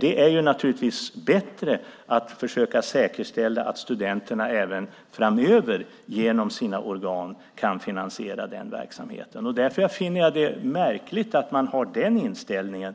Det är naturligtvis bättre att försöka säkerställa att studenterna även framöver genom sina organ kan finansiera den verksamheten. Därför finner jag det märkligt att man från början har inställningen